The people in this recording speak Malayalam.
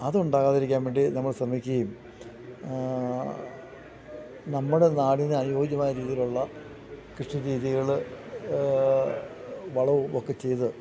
അത് ഉണ്ടാകാതിരിക്കാൻ വേണ്ടി നമ്മൾ ശ്രമിക്കുകയും നമ്മുടെ നാടിന് അനുയോജ്യമായ രീതിയിലുള്ള കൃഷി രീതികൾ വളവും ഒക്കെ ചെയ്ത്